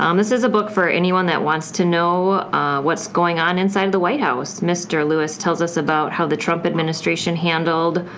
um this is a book for anyone that wants to know what's going on inside of the white house. mr. lewis tells us about how the trump administration handled,